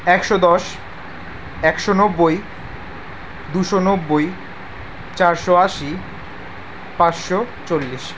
একশো দশ একশো নব্বই দুশো নব্বই চারশো আশি পাঁচশো চল্লিশ